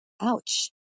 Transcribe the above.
ouch